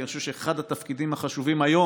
כי אני חושב שאחד התפקידים החשובים היום